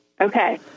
Okay